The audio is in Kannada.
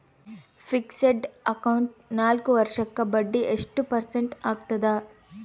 ಫಿಕ್ಸೆಡ್ ಅಕೌಂಟ್ ನಾಲ್ಕು ವರ್ಷಕ್ಕ ಬಡ್ಡಿ ಎಷ್ಟು ಪರ್ಸೆಂಟ್ ಆಗ್ತದ?